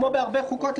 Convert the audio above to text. כמו בהרבה חוקות,